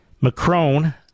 Macron